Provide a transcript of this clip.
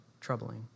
troubling